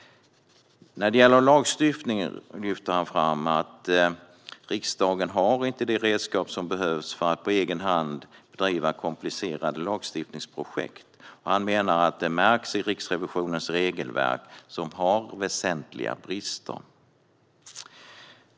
När det gäller lagstiftning lyfter han fram att riksdagen inte har de redskap som behövs för att på egen hand driva komplicerade lagstiftningsprojekt. Detta märks i Riksrevisionens regelverk, som har väsentliga brister.